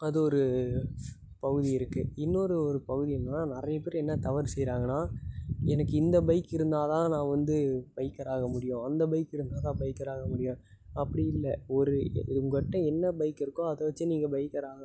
அது ஒரு பகுதி இருக்குது இன்னொரு ஒரு பகுதி என்னென்னால் நிறைய பேர் என்ன தவறு செய்கிறாங்கன்னா எனக்கு இந்த பைக் இருந்தால் தான் நான் வந்து பைக்கராக முடியும் அந்த பைக்கு இருந்தால் தான் பைக்கர் ஆக முடியும் அப்படி இல்லை ஒரு உங்கள்ட்ட என்ன பைக் இருக்கோ அதை வச்சே நீங்கள் பைக்கர் ஆகலாம்